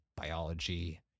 biology